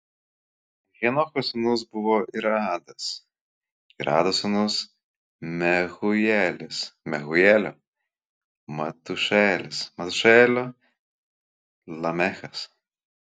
henocho sūnus buvo iradas irado sūnus mehujaelis mehujaelio metušaelis metušaelio lamechas